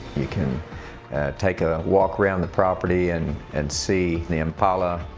you can take a walk around the property and and see the impala.